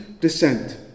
descent